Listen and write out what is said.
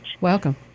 Welcome